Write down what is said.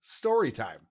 Storytime